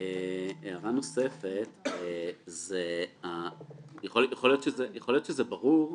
הערה נוספת, יכול להיות שזה ברור,